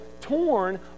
torn